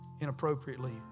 inappropriately